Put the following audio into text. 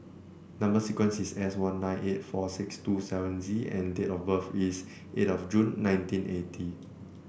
number sequence is S one nine eight four six two seven Z and date of birth is eight of June nineteen eighty